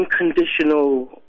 unconditional